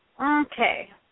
Okay